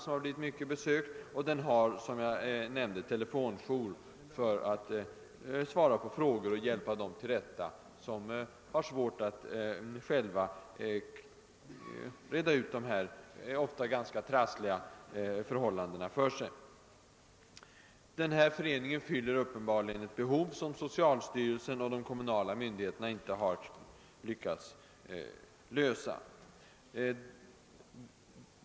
Som jag nämnde har föreningen telefonjour för att svara på frågor och hjälpa dem till rätta som har svårt att själva reda ut de ofta ganska trassliga förhållandena vid adoption. Föreningen fyller uppenbarligen ett behov som socialstyrelsen och de kommunala myndigheterna inte har lyckats tillgodose.